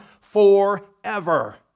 forever